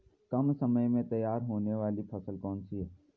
कम समय में तैयार होने वाली फसल कौन सी है?